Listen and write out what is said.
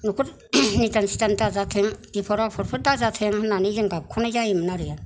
न'खराव निदान सिदान दाजाथों बिफद आफद फोर दाजाथों होननानै जों गाबखनाय जायोमोन आरो